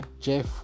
Jeff